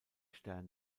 stern